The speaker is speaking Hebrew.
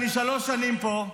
אני שלוש שנים פה,